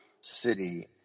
city